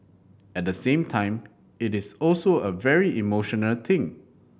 at the same time it is also a very emotional thing